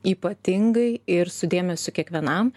ypatingai ir su dėmesiu kiekvienam